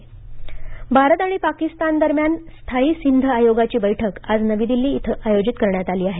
भारत पाकिस्तान भारत आणि पाकिस्तान दरम्यान स्थायी सिंध आयोगाची बैठक आज नवी दिल्ली इथं आयजित करण्यात आली आहे